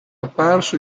apparso